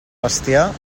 bestiar